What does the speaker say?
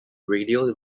radial